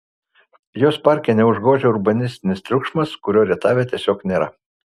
jos parke neužgožia urbanistinis triukšmas kurio rietave tiesiog nėra